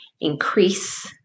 increase